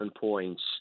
points